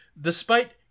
Despite-